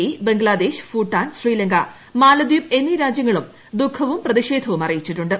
E Bangladesh Bhutan Sri Lanka മാലദ്വീപ് എന്നീ രാജ്യങ്ങളും ദുഃഖവും പ്രതിഷേധവും അറിയിച്ചിട്ടുണ്ട്